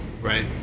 Right